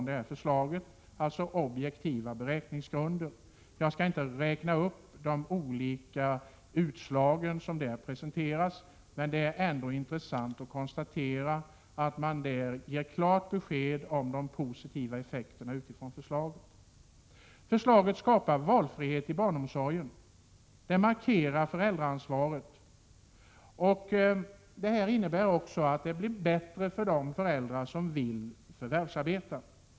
Det är alltså beräkningar på objektiva grunder. Jag skall inte räkna upp de olika utslag som därvid har presenterats, men det är intressant att konstatera att man ger ett klart besked om de positiva effekterna. Det borgerliga förslaget skapar valfrihet i barnomsorgen. Det markerar föräldraansvaret. Det innebär också bättre möjligheter för de föräldrar som vill förvärvsarbeta.